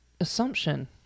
assumption